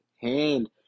hand